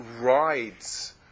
rides